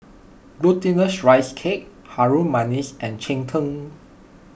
Glutinous Rice Cake Harum Manis and Cheng Tng